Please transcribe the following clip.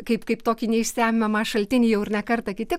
kaip kaip tokį neišsemiamą šaltinį jau ir ne kartą kiti